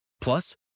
Plus